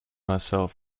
myself